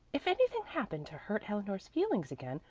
if anything happened to hurt eleanor's feelings again,